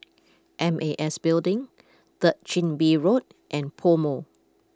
M A S Building Third Chin Bee Road and PoMo